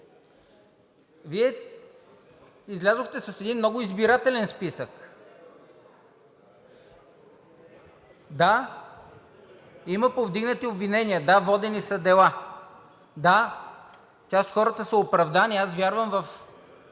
Вие излязохте с един много избирателен списък. Да, има повдигнати обвинения. Да, водени са дела. Да, част от хората са оправдани. Аз вярвам в